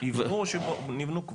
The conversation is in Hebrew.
או שנבנו כבר.